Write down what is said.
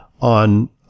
on